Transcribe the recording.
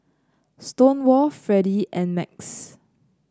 Stonewall Freddy and Max